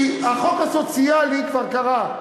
כי החוק הסוציאלי כבר קרה.